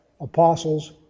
apostles